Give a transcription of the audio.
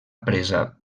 presa